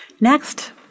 Next